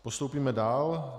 Postoupíme dál.